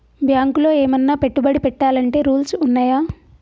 బ్యాంకులో ఏమన్నా పెట్టుబడి పెట్టాలంటే రూల్స్ ఉన్నయా?